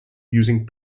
using